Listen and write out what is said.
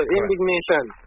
indignation